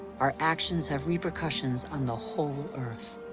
our actions have repercussions on the whole earth.